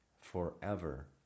forever